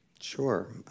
Sure